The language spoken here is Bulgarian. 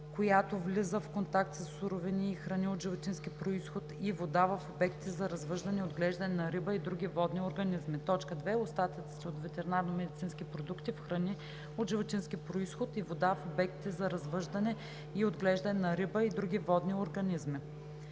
която влиза в контакт със суровини и храни от животински произход, и вода в обектите за развъждане и отглеждане на риба и други водни организми; 2. остатъците от ветеринарномедицински продукти в храни от животински произход и вода в обектите за развъждане и отглеждане на риба и други водни организми.“